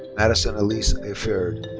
madison elyse iferd.